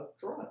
drug